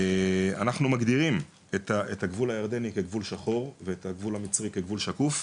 אנחנו מגדירים את הגבול הירדני כגבול שחור ואת הגבול המצרי כגבול שקוף.